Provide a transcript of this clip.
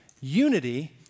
unity